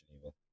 Evil